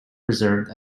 preserved